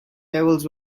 levels